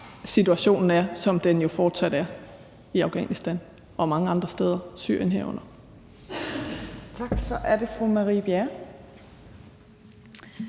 situationen er, som den jo fortsat er i Afghanistan og mange andre steder, herunder Syrien. Kl. 14:23 Tredje